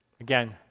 again